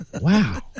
Wow